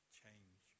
change